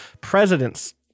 Presidents